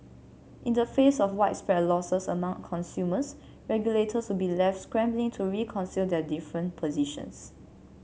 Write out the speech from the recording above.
in the face of widespread losses among consumers regulators would be left scrambling to reconcile their different positions